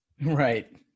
right